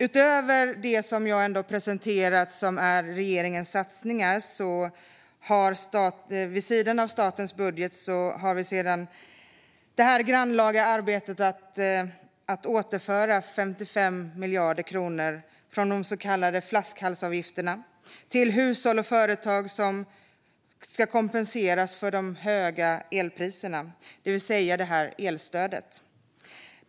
Utöver det som jag presenterat som är regeringens satsningar har vi vid sidan av statens budget det grannlaga arbetet att återföra 55 miljarder kronor från de så kallade flaskhalsavgifterna till hushåll och företag som ska kompenseras för de höga elpriserna, det vill säga elstödet.